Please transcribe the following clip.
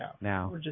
Now